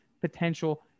potential